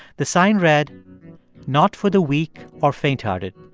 the sign read not for the weak or faint-hearted.